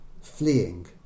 fleeing